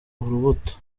urubuto